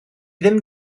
ddim